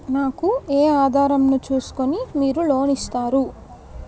నాకు ఏ ఆధారం ను చూస్కుని మీరు లోన్ ఇస్తారు?